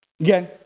Again